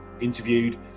interviewed